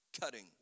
cutting